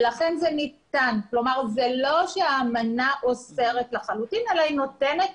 זה לא האמנה אוסרת לחלוטין אלא היא נותנת